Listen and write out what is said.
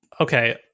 okay